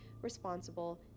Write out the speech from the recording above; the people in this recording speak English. responsible